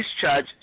discharge